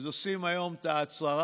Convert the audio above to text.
אז עושים היום את ההצהרה,